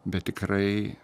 bet tikrai